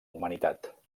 humanitat